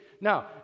Now